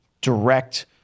direct